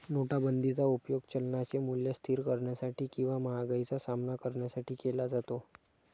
नोटाबंदीचा उपयोग चलनाचे मूल्य स्थिर करण्यासाठी किंवा महागाईचा सामना करण्यासाठी केला जातो